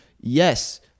Yes